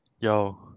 Yo